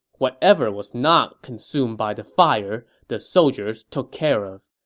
whatever was not consumed by the fire, the soldiers took care of.